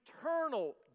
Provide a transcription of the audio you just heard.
eternal